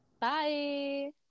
bye